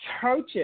churches